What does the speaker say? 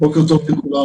בוקר טוב לכולם.